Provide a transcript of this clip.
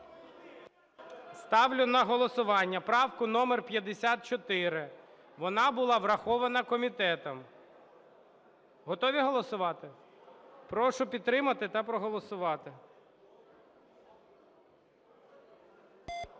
Ставлю на голосування правку номер 54, вона була врахована комітетом. Готові голосувати? Прошу підтримати та проголосувати.